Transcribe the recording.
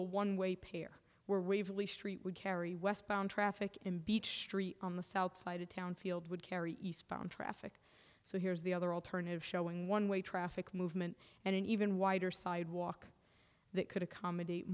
a one way pair were waverley street would carry westbound traffic in beach street on the south side of town field would carry eastbound traffic so here's the other alternative showing one way traffic movement and an even wider sidewalk that could accommodate